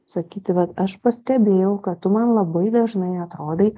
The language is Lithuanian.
sakyti vat aš pastebėjau kad tu man labai dažnai atrodai